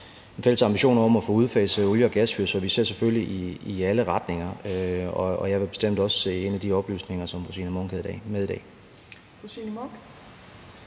en fælles ambition om at få udfaset olie- og gasfyr. Så vi ser selvfølgelig i alle retninger. Jeg vil bestemt også se ind i de oplysninger, som fru Signe Munk havde med i dag.